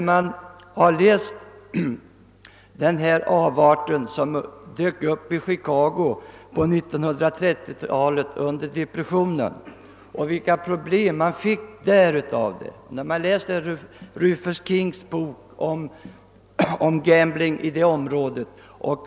Vi har läst om de avarter som dök upp i Chicago under depressionen på 1930-talet och vilka problem som där uppstod. Rufus King har skildrat detta i sin bok om gambling.